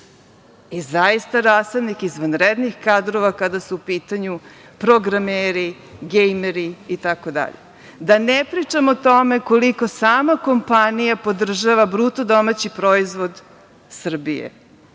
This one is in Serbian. i zaista rasadnik izvanrednih kadrova kada su u pitanju programeri, gejmeri itd. Da ne pričam o tome koliko sama kompanija podržava BDP Srbije,